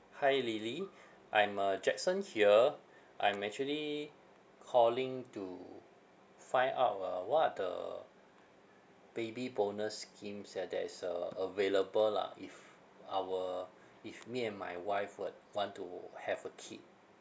hi lily I'm uh jackson here I'm actually calling to find out uh what are the baby bonus schemes ya that is uh available lah if our if me and my wife would want to have a kid